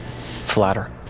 flatter